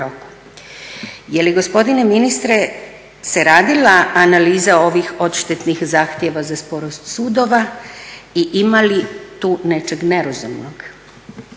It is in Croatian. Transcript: roku. Je li gospodine ministre se radila analiza ovih odštetnih zahtjeva za sporost sudova i ima li tu nečeg nerazumnog?